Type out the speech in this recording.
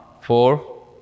Four